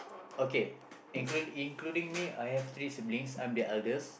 okay include including me I have three siblings I'm the eldest